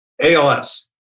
ALS